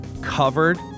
Covered